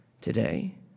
today